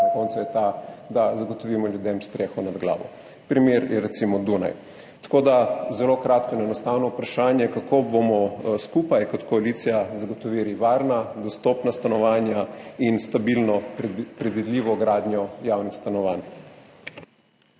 na koncu je ta, da zagotovimo ljudem streho nad glavo, primer je recimo Dunaj. Moje vprašanje je zelo kratko in enostavno: Kako bomo skupaj kot koalicija zagotovili varna, dostopna stanovanja in stabilno, predvidljivo gradnjo javnih stanovanj?